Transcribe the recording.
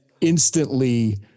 instantly